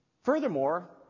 Furthermore